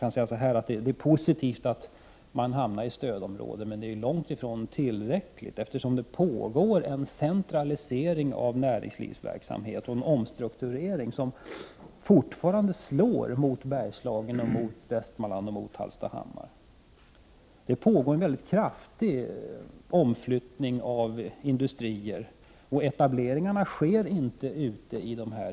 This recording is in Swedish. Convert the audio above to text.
Visserligen är det positivt att Bergslagen inplacerats i stödområde, men det är långtifrån tillräckligt, eftersom det pågår en centralisering av näringslivet, en omstrukturering som fortfarande slår mot Bergslagen, mot Västmanland och mot Hallstahammar. Det pågår mycket kraftiga omflyttningar av industrier, och några nya etableringar sker inte i dessa regioner.